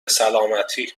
سلامتی